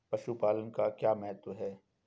पशुपालन का क्या महत्व है?